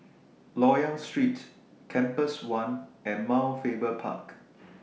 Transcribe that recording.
Loyang Street Compass one and Mount Faber Park